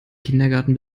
kindergarten